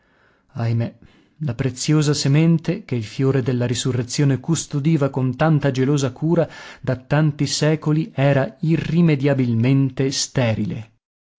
ahimè la preziosa semente che il fiore della risurrezione custodiva con tanta gelosa cura da tanti secoli era irrimediabilmente sterile